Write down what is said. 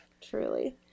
truly